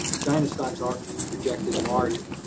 china's stocks are projected larger.